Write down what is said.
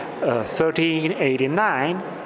1389